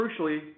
crucially